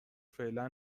فعلا